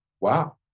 wow